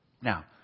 Now